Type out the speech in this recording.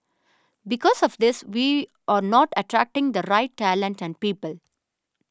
because of this we are not attracting the right talent and people